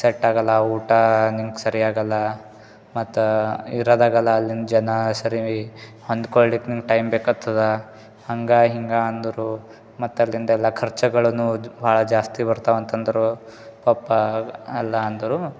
set ಆಗೊಲ್ಲ ಊಟ ನಿಂಗೆ ಸರಿ ಆಗೊಲ್ಲ ಮತ್ತು ಇರೊದಾಗಲ್ಲ ಅಲ್ಲಿನ ಜನ ಸರಿ ಹೊಂದ್ಕೊಳ್ಲಿಕ್ಕೆ ನಿಂಗೆ ಟೈಮ್ ಬೇಕಾಗ್ತದ ಹಂಗೆ ಹಿಂಗೆ ಅಂದರು ಮತ್ತು ಅಲ್ಲಿಂದೆಲ್ಲಾ ಖರ್ಚಗಳನ್ನು ಭಾಳ್ ಜಾಸ್ತಿ ಬರ್ತಾವ ಅಂತಂದರು ಪಪ್ಪ ಎಲ್ಲ ಅಂದರು